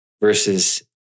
versus